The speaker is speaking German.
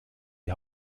die